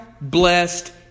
blessed